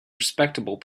respectable